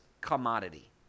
commodity